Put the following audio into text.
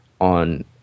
on